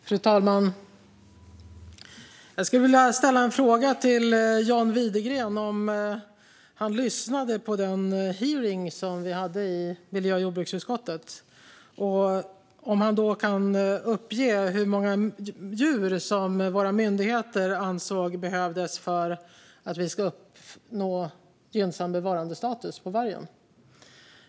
Fru talman! Jag skulle vilja fråga John Widegren om han lyssnade på den hearing som vi hade i miljö och jordbruksutskottet och om han kan uppge hur många djur som våra myndigheter anser behövs för att vi ska uppnå gynnsam bevarandestatus på vargen.